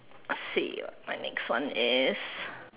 see my next one is